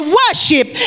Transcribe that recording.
worship